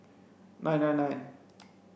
nine nine nine